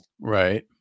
right